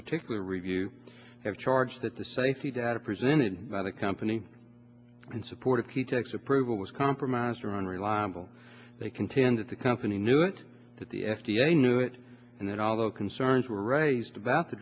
particular review have charged that the safety data presented by the company in support of key techs approval was compromised or unreliable they contend that the company knew it that the f d a knew it and that although concerns were raised about the